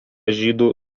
žydų